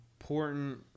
important